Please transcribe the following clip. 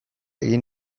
egin